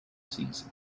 season